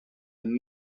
een